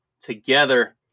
together